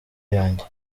yanjye